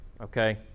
okay